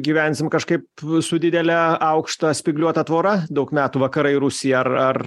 gyvensim kažkaip su didele aukšta spygliuota tvora daug metų vakarai ir rusija ar ar